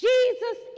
Jesus